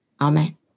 Amen